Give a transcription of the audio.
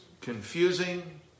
confusing